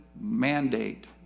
mandate